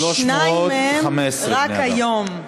שניים מהם, רק היום.